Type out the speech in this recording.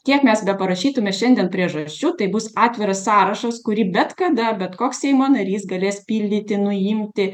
kiek mes beparašytume šiandien priežasčių tai bus atviras sąrašas kurį bet kada bet koks seimo narys galės pildyti nuimti